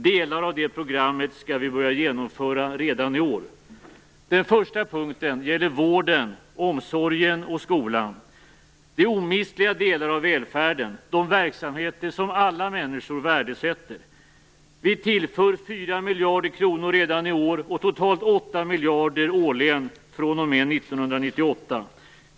Delar av det programmet skall vi börja genomföra redan i år. Den första punkten gäller vården, omsorgen och skolan. Detta är omistliga delar av välfärden - de verksamheter som alla människor värdesätter. Regeringen tillför 4 miljarder kronor redan i år, och totalt 8 miljarder årligen fr.o.m. 1998.